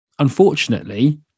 unfortunately